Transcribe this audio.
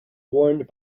warned